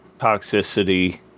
toxicity